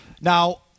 Now